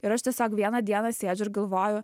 ir aš tiesiog vieną dieną sėdžiu ir galvoju